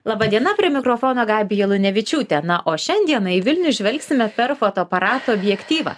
laba diena prie mikrofono gabija lunevičiūtė na o šiandieną į vilnių žvelgsime per fotoaparato objektyvą